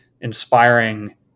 inspiring